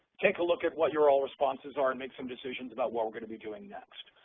take a look at what your all responses are and make some decisions about what we're going to be doing next.